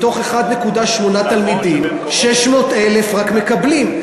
מתוך 1.8 מיליון תלמידים, רק 600,000 מקבלים.